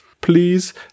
please